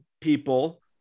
people